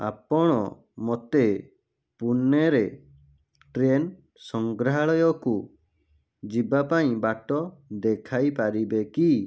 ଆପଣ ମୋତେ ପୁନେରେ ଟ୍ରେନ୍ ସଂଗ୍ରହାଳୟକୁ ଯିବା ପାଇଁ ବାଟ ଦେଖାଇପାରିବେ କି